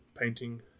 painting